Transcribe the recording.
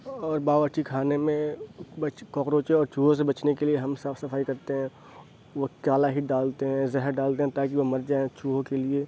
اور باورچی کھانے میں کوکروچ اور چوہوں سے بچنے کے لیے ہم صاف صفائی کرتے ہیں وہ کالا ہٹ ڈالتے ہیں زہر ڈالتے ہیں تاکہ وہ مر جائیں چوہوں کے لیے